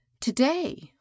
today